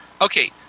okay